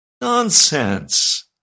Nonsense